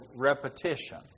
repetition